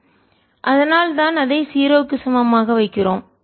எனவே அதனால்தான் அதை 0 க்கு சமமாக வைக்கிறோம்